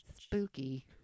Spooky